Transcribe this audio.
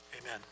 amen